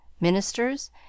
ministers